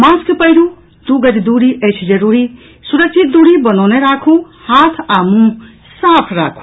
mask पहिरू दू गज दूरी अछि जरूरी सुरक्षित दूरी बनौने राखू हाथ आ मुंह साफ राखू